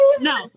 no